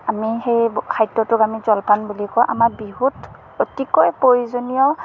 আমি সেই খাদ্যটোক আমি জলপান বুলি কওঁ আমাৰ বিহুত অতিকৈ প্ৰয়োজনীয়